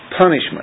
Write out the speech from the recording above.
punishment